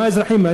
מה האזרחים,